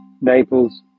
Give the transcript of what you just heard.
Naples